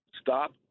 stop